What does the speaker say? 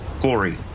Glory